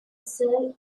served